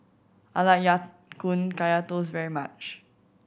I like Ya Kun Kaya Toast very much